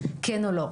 כן או לא.